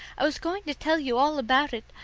i was going to tell you all about it.